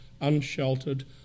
unsheltered